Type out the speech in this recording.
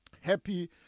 happy